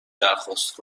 درخواست